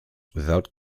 without